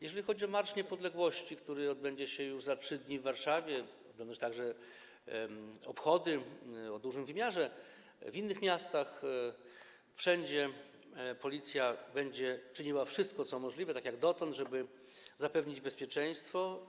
Jeżeli chodzi o Marsz Niepodległości, który odbędzie się już za 3 dni w Warszawie, a odbędą się także obchody o dużym wymiarze w innych miastach, to wszędzie Policja będzie czyniła wszystko, co możliwe, tak jak dotąd, żeby zapewnić bezpieczeństwo.